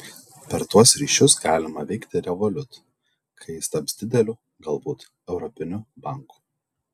per tuos ryšius galima veikti revolut kai jis taps dideliu galbūt europiniu banku